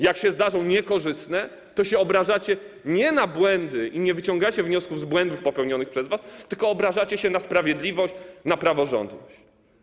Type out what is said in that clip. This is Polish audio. Jak się zdarzą niekorzystne, to się obrażacie nie na błędy - i nie wyciągacie wniosków z błędów popełnionych przez was - tylko obrażacie się na sprawiedliwość, na praworządność.